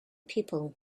people